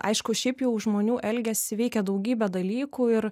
aišku šiaip jau žmonių elgesį veikia daugybė dalykų ir